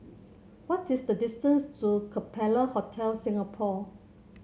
what is the distance to Capella Hotel Singapore